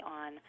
on